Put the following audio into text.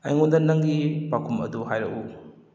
ꯑꯩꯉꯣꯟꯗ ꯅꯪꯒꯤ ꯄꯥꯎꯈꯨꯝ ꯑꯗꯨ ꯍꯥꯏꯔꯛꯎ